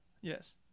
yes